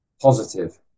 positive